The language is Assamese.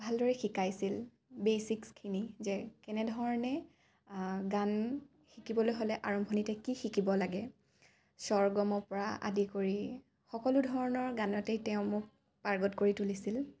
ভালদৰে শিকাইছিল বেছিক্সখিনি যে কেনেধৰণে গান শিকিবলৈ হ'লে আৰম্ভণিতে কি শিকিব লাগে স্বৰগমৰ পৰা আদি কৰি সকলো ধৰণৰ গানতেই তেওঁ মোক পাৰ্গত কৰি তুলিছিল